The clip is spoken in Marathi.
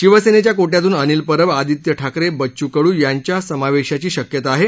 शिवसेनेच्या कोट्यातून अनिल परब आदित्य ठाकरे बच्चू कडू यांच्या समावेशाची शक्यता आहे